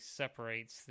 separates